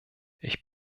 ich